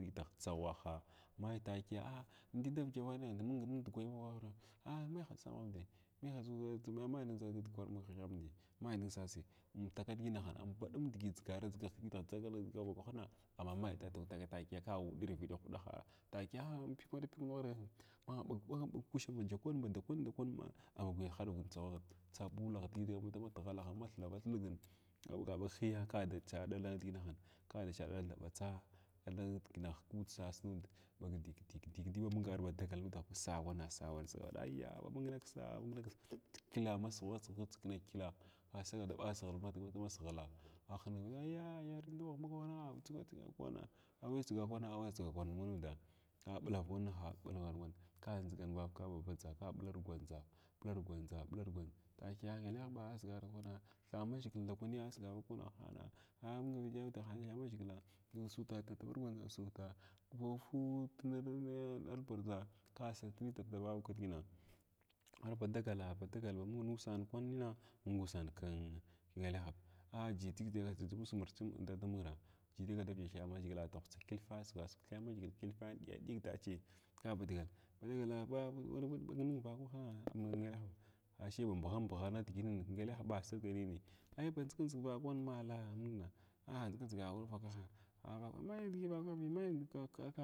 Tsaghraha mai takiya indai davaka wanyeh mung nidgwai ah mai ha sagawi ah maiha sagawi maiha sagari ammal ning dʒiya dukwan ma hinehamdi ma nin sasi amlata digin baɗum nidigi dʒigar dʒigin ku dah dʒagal hkwahna amma mai taga takiya anwaɗirviɗ takiya ah pighwada pig ɓa ɓagha pag kushav ajakwahin banda kwan banda kwanna aba guya haɗav di tsaghwaghin tsa buula dii damatghala, ma thilava thilg maɓaga ɓag hiya kudu cha ɗalnudah ɗala thaɓatsa ɗala diʒinah kud sas nud ba gidigidi gidi muhg arba dagal nudah ba sas wana sas wana ayya mung niksa nɗar niksa kyəlla, matsughra tsug kyəlla asagaw da ɓa siʒhila aghingan, ayya ayyar wn da ma ba mung wnna awn dʒigar vakwana mung nud ngal ɓlakwanna ɓilgan wan ka ba ndʒigan kaba blargwandʒa ɓlargwandʒa ɓlargwandʒ takiya ngelehɓa asiga takwana thamaʒhgila ndakwani a siga maviwahahan ah mung nudahan ya thamaʒhgila tutupirgwandʒa sutaa ba fuut na nargwandʒa ka sagat nitr davavala digina arba dagala ba dagal ba mung nusan kwaning mung nusan kim ngelehɓa aji daussig nir tsim inda damur ji dagal davadyə thamʒhgila tahutsa kilfa assiga sig thulamʒhgila kalfwa ɗyadig dachi kaba dagal ba dagal ba dagal ba aiva bag ning vakwahna am ngelehɓa ashe ba mbugha mbughan nidiginan ki ngelehɓa sirgabi nin ai ba ndʒa ndʒig ning vakwan maala a munga ai ndʒama ndʒiga awavakwaha ah nam digi vakwahi mai digi vav vak